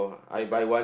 there's a